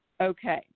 Okay